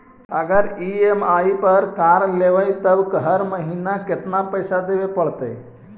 अगर ई.एम.आई पर कार लेबै त हर महिना केतना पैसा देबे पड़तै?